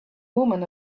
woman